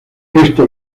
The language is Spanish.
esto